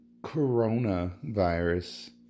coronavirus